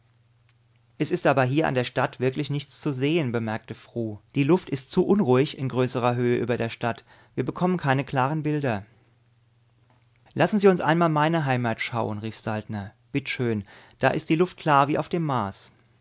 es ist aber hier an der stadt wirklich nichts zu sehen bemerkte fru die luft ist zu unruhig in größerer höhe über der stadt wir bekommen keine klaren bilder lassen sie uns einmal meine heimat schauen rief saltner bitt schön da ist die luft klar wie auf dem mars